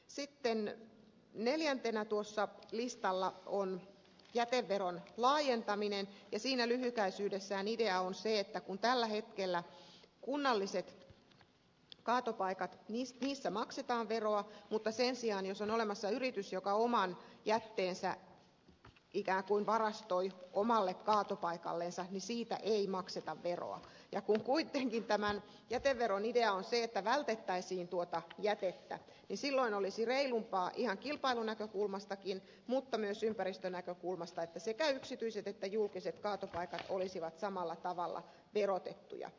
sitten neljäntenä tuolla listalla on jäteveron laajentaminen ja siinä lyhykäisyydessään idea on se että tällä hetkellä kunnallisista kaatopaikoista maksetaan veroa mutta sen sijaan jos on olemassa yritys joka oman jätteensä ikään kuin varastoi omalle kaatopaikallensa niin siitä ei makseta veroa ja kun kuitenkin tämän jäteveron idea on se että vältettäisiin tuota jätettä niin silloin olisi reilumpaa ihan kilpailunäkökulmastakin mutta myös ympäristönäkökulmasta että sekä yksityiset että julkiset kaatopaikat olisivat samalla tavalla verotettuja